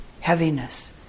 heaviness